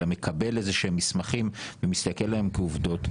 אלא מקבל איזה שהם מסמכים ומסתכל עליהם כעובדות,